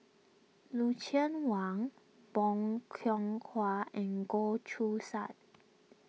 Lucien Wang Bong Hiong Hwa and Goh Choo San